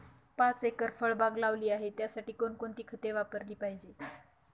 पाच एकर फळबाग लावली आहे, त्यासाठी कोणकोणती खते वापरली पाहिजे?